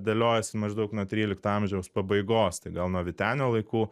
dėliojasi maždaug nuo trylikto amžiaus pabaigos tai gal nuo vytenio laikų